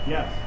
Yes